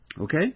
Okay